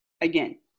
again